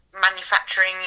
manufacturing